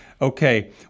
Okay